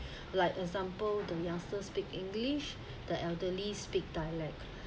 like example the youngsters speak english the elderly speak dialect